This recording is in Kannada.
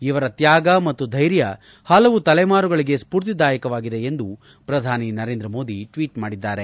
ಇವರ ತ್ಞಾಗ ಮತ್ತು ಧ್ವೆರ್ಯ ಪಲವು ತಲೆಮಾರುಗಳಿಗೆ ಸ್ವೂರ್ತಿದಾಯಕವಾಗಿದೆ ಎಂದು ಪ್ರಧಾನಿ ನರೇಂದ್ರ ಮೋದಿ ಟ್ವೀಟ್ ಮಾಡಿದ್ದಾರೆ